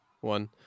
one